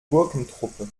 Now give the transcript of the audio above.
gurkentruppe